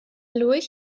lurch